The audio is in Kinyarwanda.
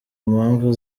mpamvu